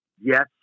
yes